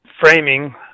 framing